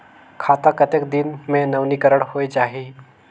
खाता कतेक दिन मे नवीनीकरण होए जाहि??